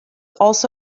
also